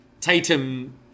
Tatum